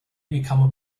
become